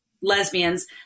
lesbians